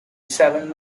seven